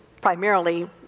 primarily